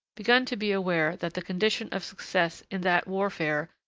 begun to be aware that the condition of success in that warfare,